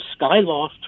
Skyloft